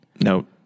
No